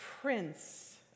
prince